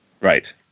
Right